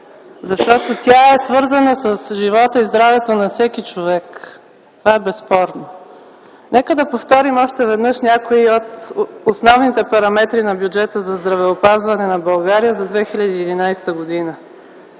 защото тя е свързана с живота и здравето на всеки човек. Това е безспорно! Нека да повторим още веднъж някои от основните параметри на бюджета за здравеопазване на България за 2011 г.